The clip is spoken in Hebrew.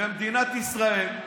במדינת ישראל,